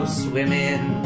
swimming